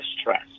stress